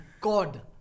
god